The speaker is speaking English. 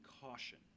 caution